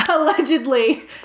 Allegedly